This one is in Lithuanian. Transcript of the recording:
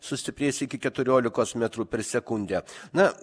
sustiprės iki keturiolikos metrų per sekundę na